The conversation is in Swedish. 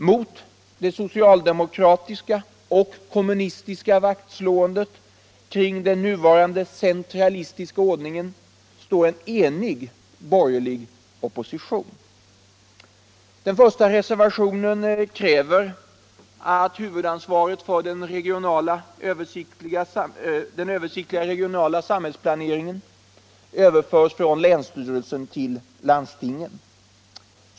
Mot det socialdemokratiska och kommunistiska vaktslåendet kring nuvarande centralistiska ordning står en enig borgerlig opposition. Den första reservationen kräver att huvudansvaret för den översiktliga regionala samhällsplaneringen överförs från länsstyrelsen till landstinget.